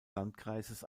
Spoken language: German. landkreises